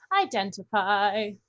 identify